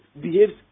behaves